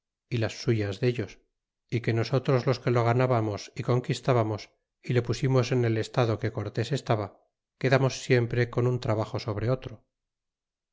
y las suyas dolos y que nosotros los que lo ganábamos y conquistábamos y le pusimos en el estado que cortés estaba quedamos siempre con un trabajo sobre otro